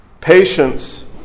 Patience